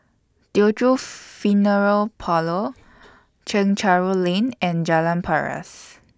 Teochew Funeral Parlour Chencharu Lane and Jalan Paras